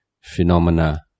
phenomena